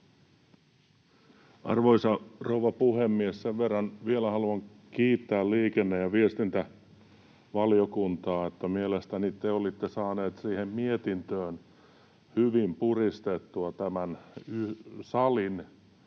Arvoisa rouva puhemies! Sen verran vielä haluan kiittää liikenne- ja viestintävaliokuntaa, että mielestäni te olitte saaneet siihen mietintöön hyvin puristettua tämän salin